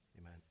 Amen